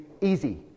easy